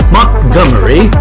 Montgomery